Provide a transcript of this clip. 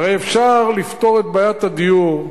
הרי אפשר לפתור את בעיית הדיור,